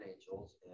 angels